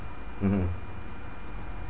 mmhmm